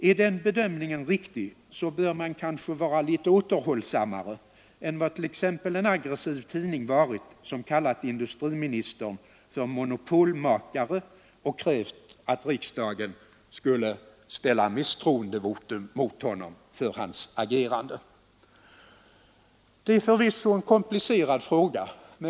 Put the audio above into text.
Är den bedömningen riktig bör man kanske vara litet mer återhållsam än vad t.ex. en aggressiv tidning varit då den kallat industriministern för ”monopolmakare” och krävt att riksdagen skulle ställa misstroendevotum mot honom för hans agerande. Det är förvisso en komplicerad fråga.